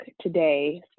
today